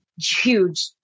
huge